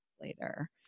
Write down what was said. later